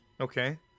Okay